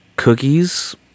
Cookies